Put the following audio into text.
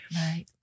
Right